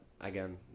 Again